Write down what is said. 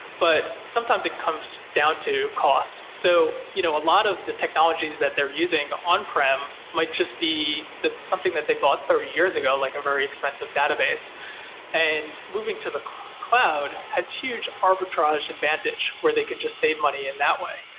but sometimes it comes down to cost. so you know a lot of the technologies that they're using on-prem might just be something that they bought thirty years ago, like a very expensive database and moving to the cloud has huge arbitrage advantage, where they could just save money in that way.